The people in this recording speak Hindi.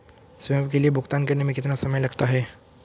स्वयं के लिए भुगतान करने में कितना समय लगता है?